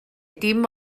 dim